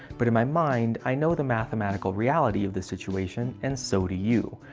but in my mind, i know the mathematical reality of the situation. and so do you.